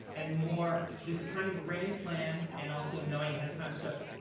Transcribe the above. and more this kind of grand plan and also knowing ahead of time stuff.